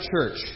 church